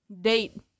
Date